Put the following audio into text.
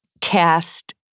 cast